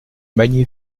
magny